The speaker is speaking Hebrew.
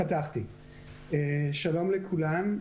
שלום לכולם.